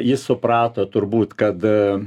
ji suprato turbūt kada